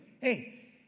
Hey